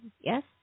Yes